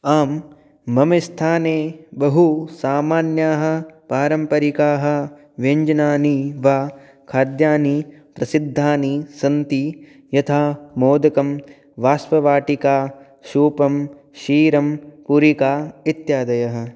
आम् मम स्थाने बहु सामान्याः पारम्परिकाः व्यञ्जनानि वा खाद्यानि प्रसिद्धानि सन्ति यथा मोदकं वाष्पवाटिका सूपं क्षीरं पुरिका इत्यादयः